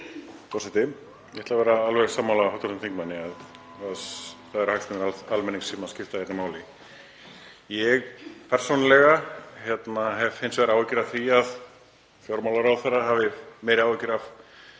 Ég persónulega hef hins vegar áhyggjur af því að fjármálaráðherra hafi meiri áhyggjur af